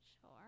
sure